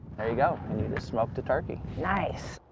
there you go, and you just smoked a turkey. nice.